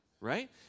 right